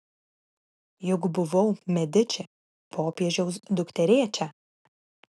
juk buvau mediči popiežiaus dukterėčia